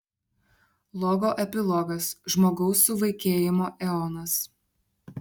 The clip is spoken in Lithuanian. logo epilogas žmogaus suvaikėjimo eonas